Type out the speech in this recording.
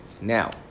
Now